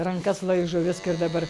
rankas laižo viskas dabar